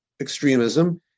extremism